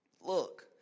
look